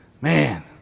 man